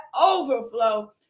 overflow